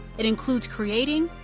it includes creating,